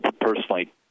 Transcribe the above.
personally